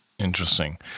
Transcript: interesting